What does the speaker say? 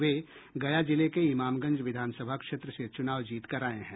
वे गया जिले के इमामगंज विधानसभा क्षेत्र से चुनाव जीत कर आए हैं